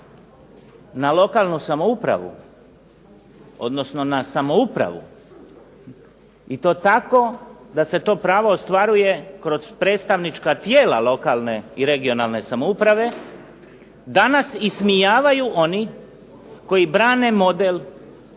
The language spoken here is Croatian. na lokalnu samoupravu, odnosno na samoupravu i to tako da se to pravo ostvaruje kroz predstavnička tijela lokalne i regionalne samouprave, danas ismijavaju oni koji brane model po